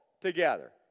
together